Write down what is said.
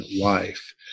life